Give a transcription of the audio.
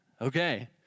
Okay